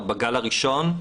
עוד בגל הראשון.